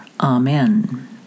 Amen